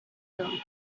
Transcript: round